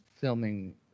filming